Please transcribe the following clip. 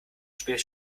später